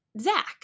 Zach